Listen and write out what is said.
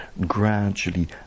gradually